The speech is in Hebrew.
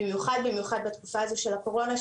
במיוחד בתקופה הזאת של הקורונה,